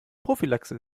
prophylaxe